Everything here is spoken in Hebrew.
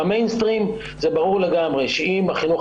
במיינסטרים ברור לגמרי שאם בחינוך